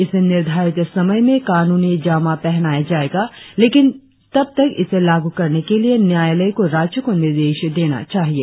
इसे निर्धारित समय में कानूनी जामा पहनाया जायेगा लेकिन तब तक इसे लागू करने के लिए न्यायालय को राज्यों को निर्देश देना चाहिये